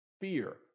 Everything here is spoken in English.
fear